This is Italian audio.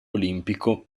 olimpico